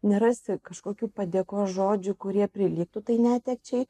nerasi kažkokių padėkos žodžių kurie prilygtų tai netekčiai